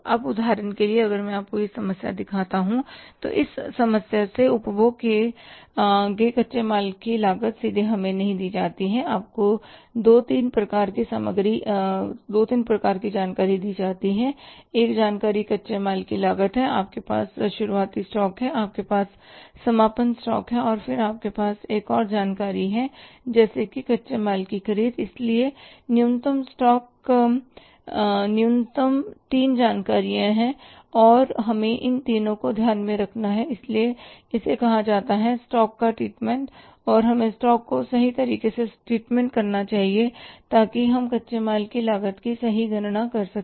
अब उदाहरण के लिए अगर मैं आपको यह समस्या दिखाता हूं तो इस समस्या में उपभोग किए गए कच्चे माल की लागत सीधे हमें नहीं दी जाती है आपको दो तीन प्रकार की जानकारी दी जाती है एक जानकारी कच्चे माल की लागत है आपके पास शुरुआती स्टॉक है आपके पास समापन स्टॉक है और फिर है आपके पास एक और जानकारी है जैसे कि कच्चे माल की खरीद इसलिए न्यूनतम तीन जानकारियाँ हैं और हमें इन तीनों को ध्यान में रखना है इसलिए इसे कहा जाता है स्टॉक का ट्रीटमेंट और हमें स्टॉक का सही तरीके से ट्रीटमेंट करना चाहिए ताकि हम कच्चे माल की लागत की सही गणना कर सकें